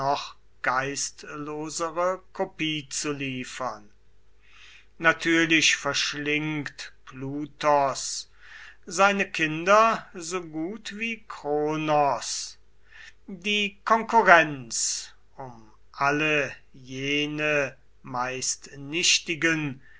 geistlosere kopie zu liefern natürlich verschlingt plutos seine kinder so gut wie kronos die konkurrenz um alle jene meist nichtigen